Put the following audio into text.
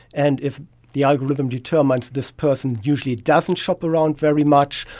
and if the algorithm determines this person usually doesn't shop around very much,